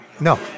No